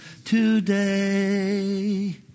today